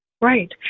Right